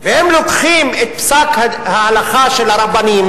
ואם לוקחים את פסק ההלכה של הרבנים,